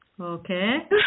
Okay